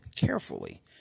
carefully